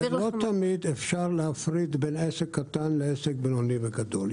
לא תמיד אפשר להפריד בין עסק קטן לבין עסק בינוני וגדול.